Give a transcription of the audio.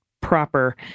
proper